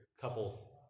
couple